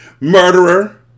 Murderer